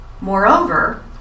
Moreover